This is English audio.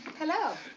hello.